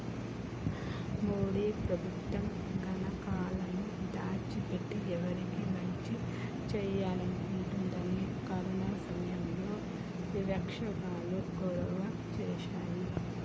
మోడీ ప్రభుత్వం గణాంకాలను దాచి పెట్టి ఎవరికి మంచి చేయాలనుకుంటుందని కరోనా సమయంలో వివక్షాలు గొడవ చేశాయి